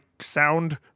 sound